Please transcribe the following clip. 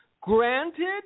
Granted